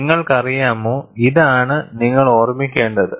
നിങ്ങൾക്കറിയാമോ ഇതാണ് നിങ്ങൾ ഓർമ്മിക്കേണ്ടത്